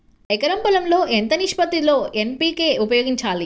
ఎకరం పొలం లో ఎంత నిష్పత్తి లో ఎన్.పీ.కే ఉపయోగించాలి?